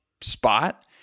spot